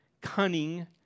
cunning